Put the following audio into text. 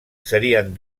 serien